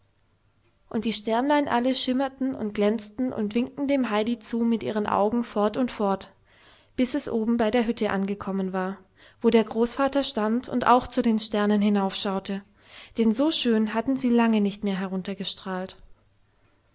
und die sternlein alle schimmerten und glänzten und winkten dem heidi zu mit ihren augen fort und fort bis es oben bei der hütte angekommen war wo der großvater stand und auch zu den sternen hinaufschaute denn so schön hatten sie lange nicht mehr